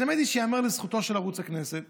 אז האמת היא שייאמר לזכותו של ערוץ הכנסת